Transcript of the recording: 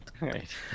Right